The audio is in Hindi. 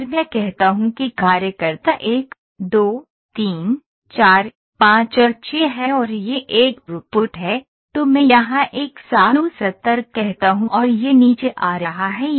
अगर मैं कहता हूं कि कार्यकर्ता 1 2 3 4 5 और 6 है और यह एक थ्रूपुट है तो मैं यहां 170 कहता हूं और यह नीचे आ रहा है